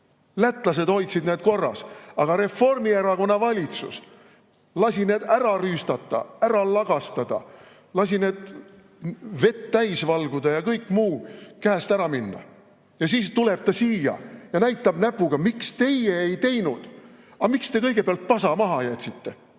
Lätlased hoidsid need korras, aga Reformierakonna valitsus lasi need ära rüüstata, ära lagastada, vett täis valguda ja kõigel muul käest ära minna. Siis tuleb ta siia ja näitab näpuga, et miks teie ei teinud. Aga miks te kõigepealt pasa maha jätsite?